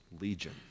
legion